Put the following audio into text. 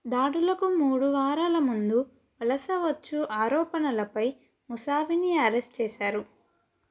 దాడులకు మూడు వారాల ముందు వలస వచ్చు ఆరోపణలపై ముసావిని అరెస్ట్ చేశారు